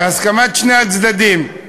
בהסכמת שני הצדדים,